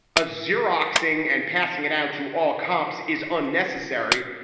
a xeroxing and passing it out to all cops is unnecessary.